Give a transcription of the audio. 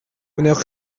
wnewch